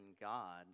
God